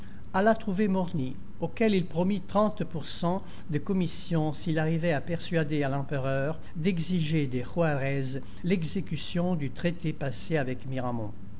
alla trouver morny auquel il promit trente pour cent de commission s'il arrivait à persuader à l'empereur d'exiger de juarez l'exécution du traité passé avec miramont